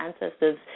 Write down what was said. ancestors